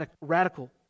radical